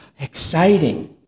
exciting